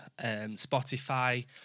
spotify